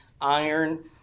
iron